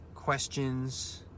Questions